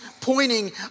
pointing